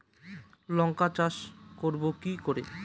লঙ্কা চাষ করব কি করে?